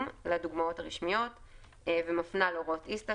לדוגמאות הרשמיות ומפנה להוראות ISTA,